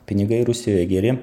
pinigai rusijoj geri